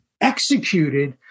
executed